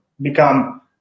become